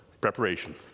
preparation